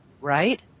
Right